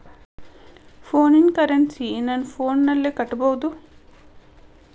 ಫೋನಿನ ಕರೆನ್ಸಿ ನನ್ನ ಫೋನಿನಲ್ಲೇ ಕಟ್ಟಬಹುದು?